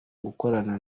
gukorana